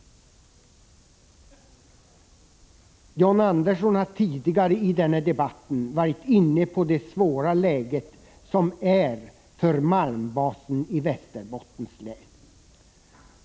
John Andersson har tidigare i debatten varit inne på det svåra läge som råder för malmbasen i Västerbottens län.